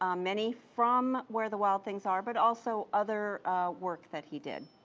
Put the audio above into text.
um many from where the wild things are, but also other works that he did.